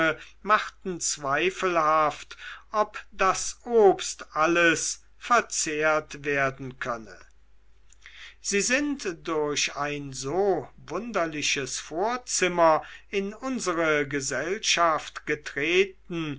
machten zweifelhaft ob das obst alles verzehrt werden könne sie sind durch ein so wunderliches vorzimmer in unsere gesellschaft getreten